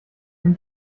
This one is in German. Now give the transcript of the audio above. den